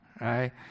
right